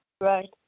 Right